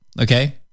Okay